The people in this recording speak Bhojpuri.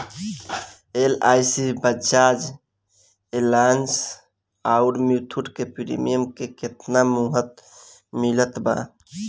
एल.आई.सी बजाज एलियान्ज आउर मुथूट के प्रीमियम के केतना मुहलत मिलल बा?